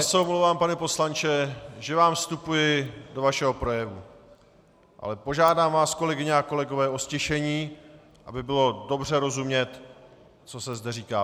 Omlouvám se, pane poslanče, že vám vstupuji do vašeho projevu, ale požádám vás, kolegyně a kolegové, o ztišení, aby bylo dobře rozumět, co se zde říká.